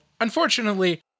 unfortunately